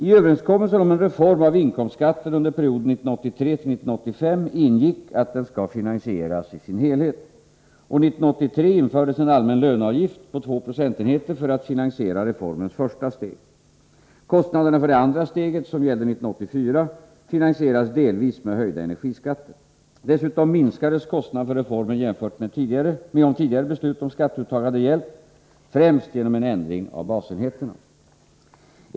I överenskommelsen om en reform av inkomstskatten under perioden 1983-1985 ingick att den skall finansieras i sin helhet. År 1983 infördes en allmän löneavgift på 2 procentenheter för att finansiera reformens första steg. Kostnaderna för det andra steget, som gällde 1984, finansierades delvis med höjda energiskatter. Dessutom minskades kostnaderna för reformen jämfört med om tidigare beslut om skatteuttag hade gällt — främst genom en ändring av basenheterna.